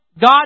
God